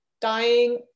dying